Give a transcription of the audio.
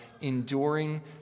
enduring